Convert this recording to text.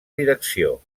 direcció